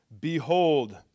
Behold